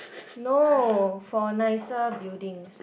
no for nicer buildings